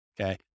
Okay